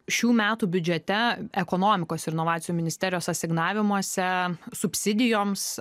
šių metų biudžete ekonomikos ir inovacijų ministerijos asignavimuose subsidijoms